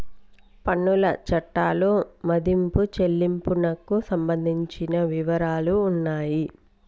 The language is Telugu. పన్నుల చట్టాలు మదింపు చెల్లింపునకు సంబంధించిన వివరాలు ఉన్నాయి